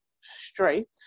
straight